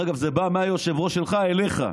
דרך אגב, זה בא מהיושב-ראש שלך אליך.